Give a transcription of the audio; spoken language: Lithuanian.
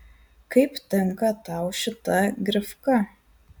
kaip tinka tau šita grifka